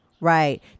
right